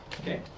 Okay